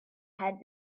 had